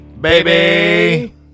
baby